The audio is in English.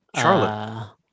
Charlotte